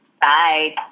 Bye